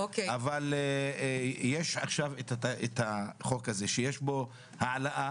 אבל יש עכשיו החוק הזה יש בו העלאה